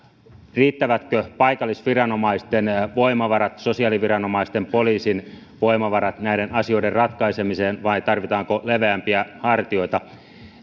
riittävätkö paikallisviranomaisten voimavarat sosiaaliviranomaisten ja poliisin voimavarat näiden asioiden ratkaisemiseen vai tarvitaanko leveämpiä hartioita